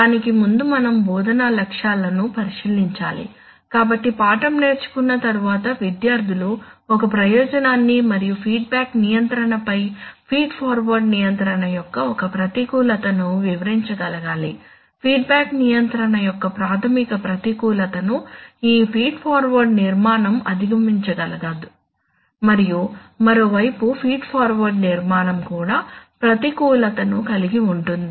దానికి ముందు మనం బోధనా లక్ష్యాలను పరిశీలించాలి కాబట్టి పాఠం నేర్చుకున్న తరువాత విద్యార్థులు ఒక ప్రయోజనాన్ని మరియు ఫీడ్బ్యాక్ నియంత్రణపై ఫీడ్ఫార్వర్డ్ నియంత్రణ యొక్క ఒక ప్రతికూలతను వివరించగలగాలి ఫీడ్బ్యాక్ నియంత్రణ యొక్క ప్రాథమిక ప్రతికూలత ను ఈ ఫీడ్ ఫార్వర్డ్ నిర్మాణం అధిగమించగలదు మరియు మరోవైపు ఫీడ్ ఫార్వర్డ్ నిర్మాణం కూడా ప్రతికూలతను కలిగి ఉంటుంది